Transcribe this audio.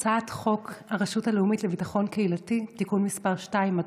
הצעת חוק הרשות הלאומית לביטחון קהילתי (תיקון מס' 2),